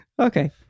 Okay